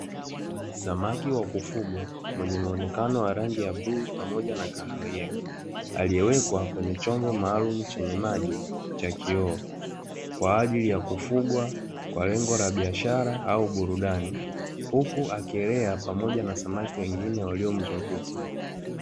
Samaki wa kufugwa mwenye muonekano wa rangi ya bluu pamoja kahawia, aliyewekwa kwenye chombo maalumu chenye maji cha kioo, kwa ajili ya kufugwa kwa lengo la biashara au burudani. Huku akielea pamoja na samaki wengine walio mzunguka.